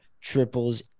triples